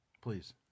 Please